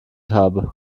habe